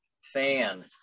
fan